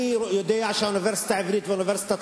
אני יודע שהאוניברסיטה העברית ואוניברסיטאות